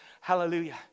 Hallelujah